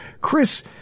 Chris